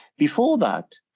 before that,